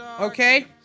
okay